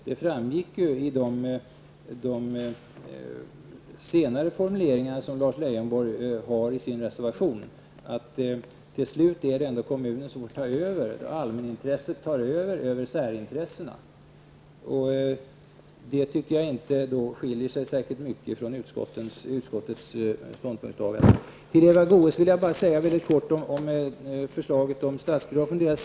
Det framgick av de senare formuleringar som Lars Leijonborg har i sin reservation, att det till slut ändå är kommunen, allmänintresset, som tar över särintressena. Jag tycker därför att reservationen inte skiljer sig särskilt mycket från utskottsmajoritetens ståndpunktstagande. Miljöpartiet säger i sin reservation att statsbidraget skall gå till skolan direkt.